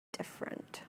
different